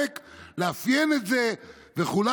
על מנת לאפיין" את זה וכו'.